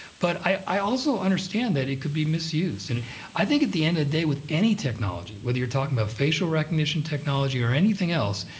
but i also understand that it could be misused. and i think at the end of the day with any technology, whether you're talking about facial recognition technology or anything else,